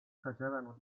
facevano